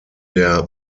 der